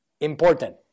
Important